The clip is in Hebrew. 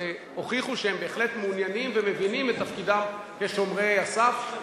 והם הוכיחו שהם בהחלט מעוניינים ומבינים את תפקידם כשומרי הסף,